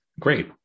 Great